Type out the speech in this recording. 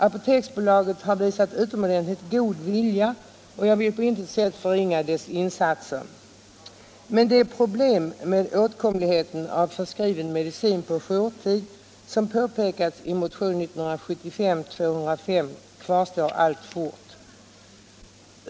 Apoteksbolaget har visat utomordentligt god vilja, och jag vill på intet sätt förringa dess insatser. Men de problem med åtkomligheten av förskriven medicin på jourtid som påpekats i motionen 1972:205 kvarstår alltfort.